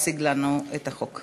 לך עשר דקות להציג לנו את הצעת החוק.